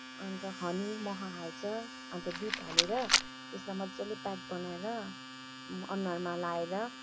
अन्त हनी मह हाल्छ अन्त दुध हालेर त्यसलाई मज्जाले प्याक बनाएर अनुहारमा लाएर